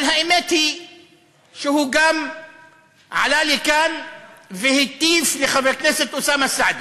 אבל האמת היא שהוא גם עלה לכאן והטיף לחבר הכנסת אוסאמה סעדי.